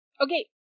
Okay